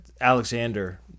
Alexander